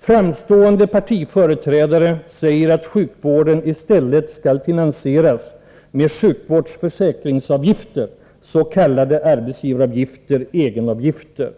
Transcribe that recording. Framstående partiföreträdare säger att sjukvården i stället skall finansieras med sjukvårdsförsäkringsavgifter, s.k. arbetsgivaravgifter/egenavgifter,